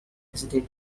hesitate